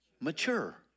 Mature